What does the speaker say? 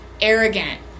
arrogant